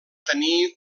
tenir